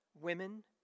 women